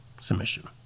Submission